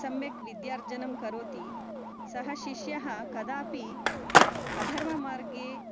सम्यक् विद्यार्जनं करोति सः शिष्यः कदापि अधर्ममार्गे